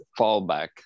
fallback